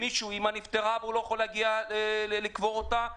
מישהו שאמא שלו נפטרה והוא לא יוכל לקבור אותה,